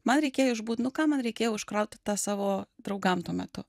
man reikėjo išbūt nu kam man reikėjo užkrauti tą savo draugam tuo metu